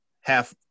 half